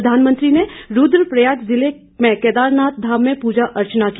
प्रधानमंत्री ने रूद्रप्रयाग जिले में केदारनाथ धाम में पूजा अर्चना की